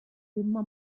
imma